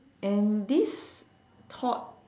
and this thought